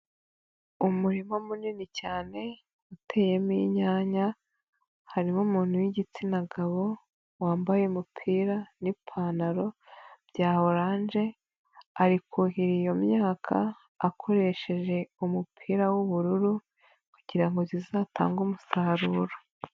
Umurima munini cyane, uteyemo inyanya, harimo umuntu w'igitsina gabo wambaye umupira n'ipantaro bya oranje, ari kuhira iyo myaka akoresheje umupira w'ubururu kugira ngo zizatange umusaruro.